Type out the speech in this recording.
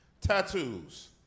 Tattoos